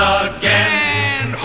again